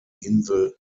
insel